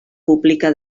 pública